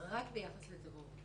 רק ביחס לטרור.